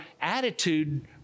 attitude